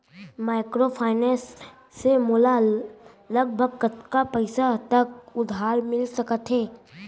Microfinance से मोला लगभग कतना पइसा तक उधार मिलिस सकत हे?